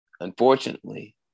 unfortunately